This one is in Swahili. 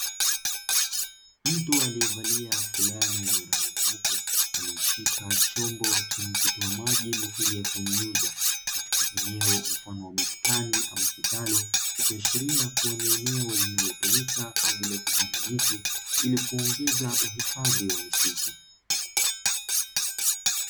Mtu aliyevalia fulana yenye rangi nyeupe aliyeshika chombo chenye kutoa maji mithili ya kunyunyuza, katika eneo mfano wa bustani ama kitalu, ikiashiria kuwa ni eneo linalotumika kwa ajili ya kupanda miti ili kuongeza uhifadhi wa misitu.